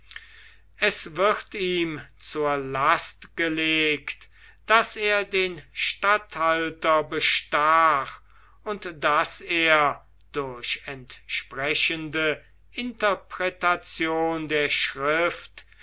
es wird ihm zur last gelegt daß er den statthalter bestach und daß er durch entsprechende interpretation der schrift